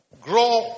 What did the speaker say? Grow